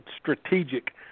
strategic